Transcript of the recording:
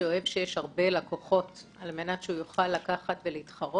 שאוהב שיש הרבה לקוחות על מנת שיוכל לקחת ולהתחרות,